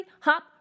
hop